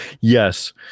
yes